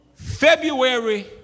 February